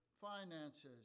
finances